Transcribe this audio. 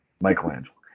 Michelangelo